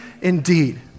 indeed